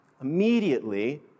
Immediately